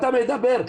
אתה מדבר,